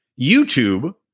YouTube